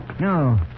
No